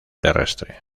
terrestre